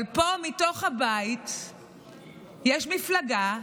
אבל פה בתוך הבית יש מפלגה שאומרת: